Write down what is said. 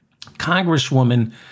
Congresswoman